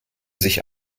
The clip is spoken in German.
sich